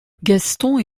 gaston